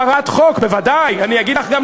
ואני גם נגד שיזרימו,